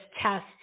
test